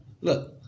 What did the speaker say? Look